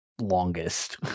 longest